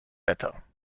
wetter